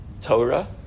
Torah